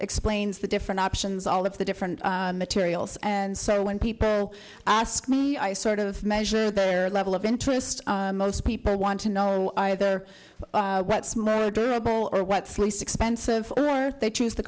explains the different options all of the different materials and so when people ask me i sort of measure their level of interest most people want to know either smile or durable or what's least expensive or they choose t